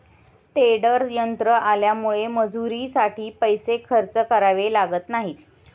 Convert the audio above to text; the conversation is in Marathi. टेडर यंत्र आल्यामुळे मजुरीसाठी पैसे खर्च करावे लागत नाहीत